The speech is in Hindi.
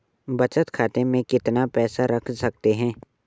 बचत खाते में कितना पैसा रख सकते हैं?